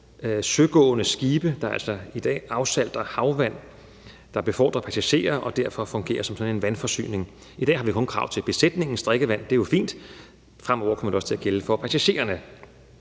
søgående skibe, der altså i dag afsalter havvand, og som befordrer passagerer og derfor fungerer som vandforsyning. I dag har vi kun krav til besætningens drikkevand, og det er jo fint. Fremover kommer det også til at gælde for passagererne,